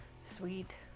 Sweet